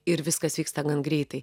ir viskas vyksta gan greitai